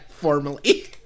Formally